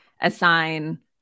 assign